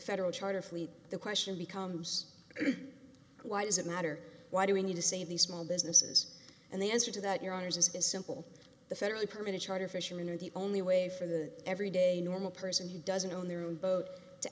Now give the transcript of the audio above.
federal charter fleet the question becomes why does it matter why do we need to save these small businesses and the answer to that your honour's is is simple the federally permitted charter fishermen are the only way for the every day normal person who doesn't own their own boat to